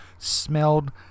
Smelled